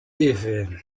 even